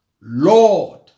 Lord